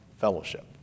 fellowship